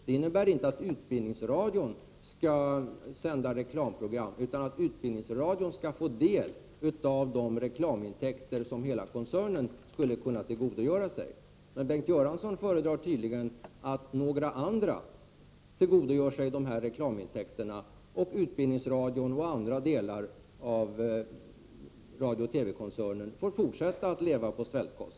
Det innebär inte att utbildningsradion skall sända reklamprogram utan att utbildningsradion skall få del av de reklamintäkter som hela koncernen skulle kunna tillgodogöra sig. Men Bengt Göransson föredrar tydligen att några andra tillgodogör sig reklamintäkterna och att utbildningsradion och andra delar av Radio TV koncernen får fortsätta att leva på svältkost.